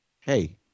Hey